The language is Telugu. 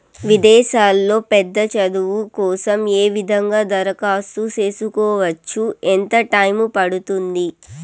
విదేశాల్లో పెద్ద చదువు కోసం ఏ విధంగా దరఖాస్తు సేసుకోవచ్చు? ఎంత టైము పడుతుంది?